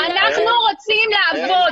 אנחנו רוצים לעבוד.